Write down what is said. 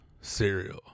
Cereal